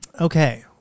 Okay